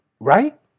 Right